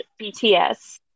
BTS